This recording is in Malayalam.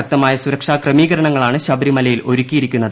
ശക്തമായ സുരക്ഷാ ക്രമീകരണങ്ങളാണ് ശബരിമലയിൽ ഒരുക്കിയിരിക്കുന്നത്